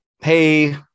hey